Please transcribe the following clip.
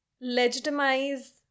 legitimize